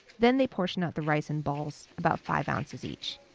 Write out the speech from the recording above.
then they portion out the rice in balls, about five ounces each.